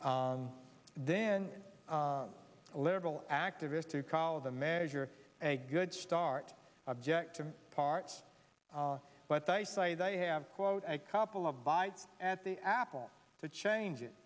then a liberal activist to call the manager a good start objective parts but i say they have quote a couple of bites at the apple to change it